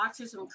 Autism